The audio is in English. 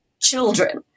children